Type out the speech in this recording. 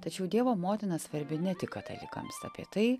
tačiau dievo motina svarbi ne tik katalikams apie tai